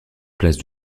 place